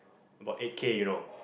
about eight K you know